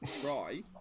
try